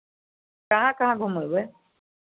कहाँ कहाँ घुमयबै